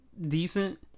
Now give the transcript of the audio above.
decent